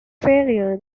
failure